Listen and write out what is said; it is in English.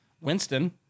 Winston